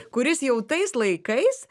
kuris jau tais laikais